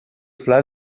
pla